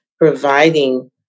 providing